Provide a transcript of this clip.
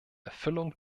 erfüllung